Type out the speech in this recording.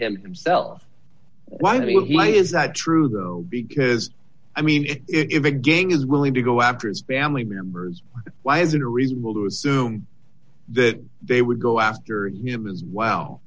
himself why did he is that true though because i mean if again is willing to go after his family members why is it reasonable to assume that they would go after